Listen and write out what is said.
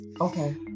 Okay